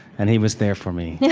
and he was there for me. yeah